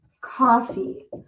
coffee